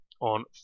on